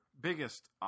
biggest